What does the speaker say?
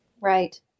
Right